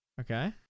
okay